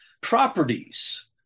properties